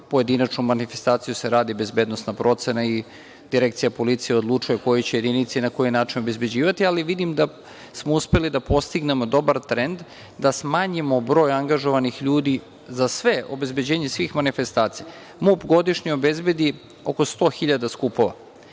pojedinačno manifestaciju se radi bezbednosna procena i Direkcija policije odlučuje koje će jedinice i na koji način obezbeđivati, ali vidim da smo uspeli da postignemo dobar trend, da smanjimo broj angažovanih ljudi za obezbeđenje svih manifestacija. Dakle, MUP godišnje obezbedi oko 100.000 skupova.